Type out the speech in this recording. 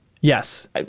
yes